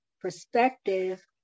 perspective